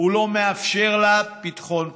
ולא מאפשר לה פתחון פה.